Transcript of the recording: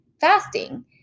fasting